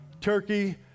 Turkey